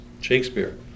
Shakespeare